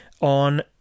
on